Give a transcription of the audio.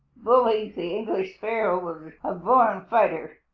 bully the english sparrow is a born fighter.